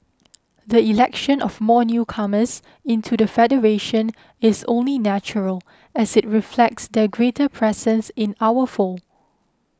the election of more newcomers into the federation is only natural as it reflects their greater presence in our fold